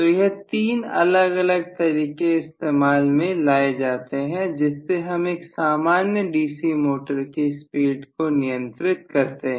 तो यह तीन अलग अलग तरीके इस्तेमाल में लाए जाते हैं जिससे हम एक सामान्य डीसी मोटर की स्पीड को नियंत्रित करते हैं